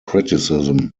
criticism